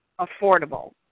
affordable